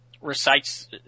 recites